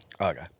Okay